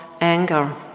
anger